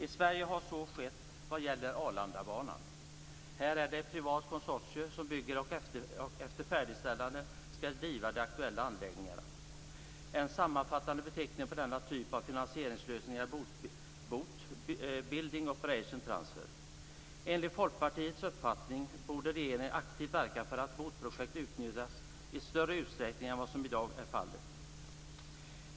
I Sverige har så skett vad gäller Arlandabanan. Här är det ett privat konsortium som bygger och efter färdigställande skall driva de aktuella anläggningarna. En sammanfattande beteckning på denna typ av finansieringslösning är BOT, Building, Operating, Transfer. Enligt Folkpartiets uppfattning borde regeringen aktivt verka för att BOT-projekt utnyttjas i större utsträckning än vad som i dag är fallet.